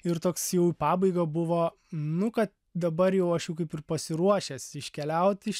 ir toks jau į pabaigą buvo nu kad dabar jau aš jau kaip ir pasiruošęs iškeliaut iš